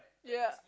ya